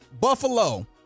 buffalo